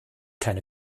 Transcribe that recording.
keine